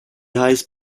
highest